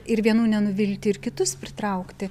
ir vienų nenuvilti ir kitus pritraukti